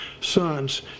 sons